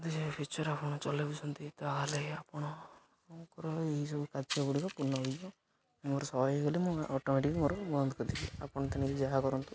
ଯଦି ପିକ୍ଚର୍ ଆପଣ ଚଲାଉଛନ୍ତି ତାହେଲେ ଆପଣଙ୍କର ଏହିସବୁ କାର୍ଯ୍ୟ ଗୁଡ଼ିକ ପୂର୍ଣ୍ଣ ହେଇଯିବ ମୋର ଶହେ ହେଇଗଲେ ମୁଁ ଅଟୋମେଟିକ୍ ମୋର ବନ୍ଦ କରିଦେବି ଆପଣ ତେଣିକି ଯାହା କରନ୍ତୁ